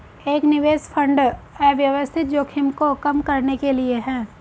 एक निवेश फंड अव्यवस्थित जोखिम को कम करने के लिए है